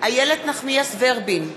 איילת נחמיאס ורבין,